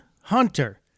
Hunter